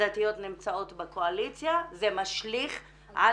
הדתיות נמצאות בקואליציה זה משליך על